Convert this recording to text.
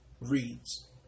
reads